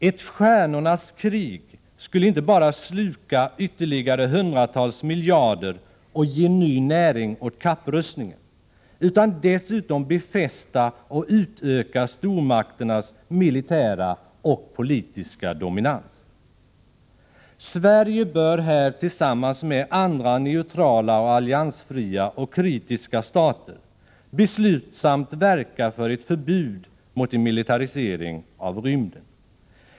Ett Stjärnornas krig skulle inte bara sluka ytterligare hundratals miljarder och ge ny näring åt kapprustningen, utan dessutom befästa och utöka stormakternas militära och politiska dominans. Sverige bör här tillsammans med andra neutrala och alliansfria och kritiska stater beslutsamt verka för ett förbud mot en militarisering av rymden.